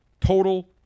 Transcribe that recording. Total